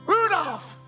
Rudolph